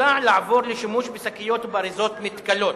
מוצע לעבור לשימוש בשקיות ובאריזות מתכלות.